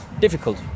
difficult